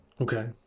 okay